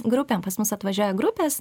grupėm pas mus atvažiuoja grupės